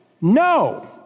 No